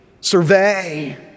Survey